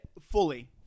fully